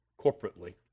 corporately